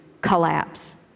collapse